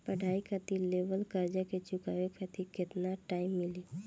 पढ़ाई खातिर लेवल कर्जा के चुकावे खातिर केतना टाइम मिली?